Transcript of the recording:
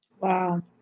Wow